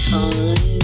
time